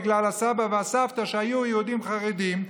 בגלל הסבא והסבתא שהיו יהודים חרדים,